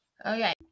Okay